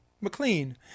McLean